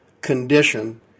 condition